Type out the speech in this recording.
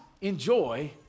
enjoy